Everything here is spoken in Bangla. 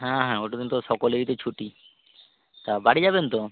হ্যাঁ হ্যাঁ ওটা দিন তো সকলেরই তো ছুটি তা বাড়ি যাবেন তো